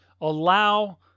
allow